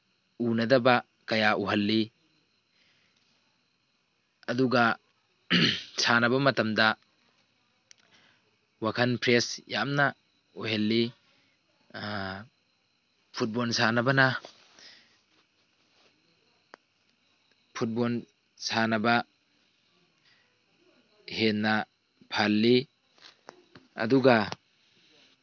ꯎꯅꯗꯕ ꯀꯌꯥ ꯎꯍꯜꯂꯤ ꯑꯗꯨꯒ ꯁꯥꯅꯕ ꯃꯇꯝꯗ ꯋꯥꯈꯜ ꯐ꯭ꯔꯦꯁ ꯌꯥꯝꯅ ꯑꯣꯏꯍꯜꯂꯤ ꯐꯨꯠꯕꯣꯟ ꯁꯥꯟꯅꯕꯅ ꯐꯨꯠꯕꯣꯟ ꯁꯥꯅꯕ ꯍꯦꯟꯅ ꯐꯍꯜꯂꯤ ꯑꯗꯨꯒ